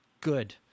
good